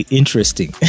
interesting